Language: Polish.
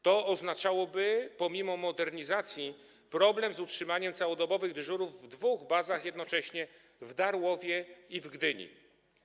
To oznaczałoby, pomimo modernizacji, problem z utrzymaniem całodobowych dyżurów w dwóch bazach jednocześnie: w Darłowie i w Gdyni.